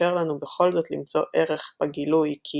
ומאפשר לנו בכל זאת למצוא ערך בגילוי כי